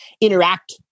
interact